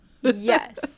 yes